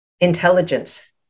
intelligence